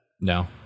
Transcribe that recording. No